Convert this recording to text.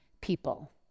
people